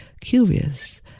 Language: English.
curious